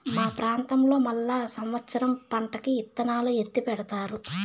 మా ప్రాంతంలో మళ్ళా సమత్సరం పంటకి ఇత్తనాలు ఎత్తిపెడతారు